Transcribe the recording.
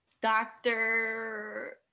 Doctor